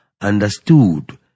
understood